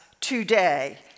today